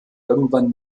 irgendwann